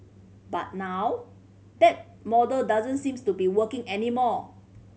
but now that model doesn't seems to be working anymore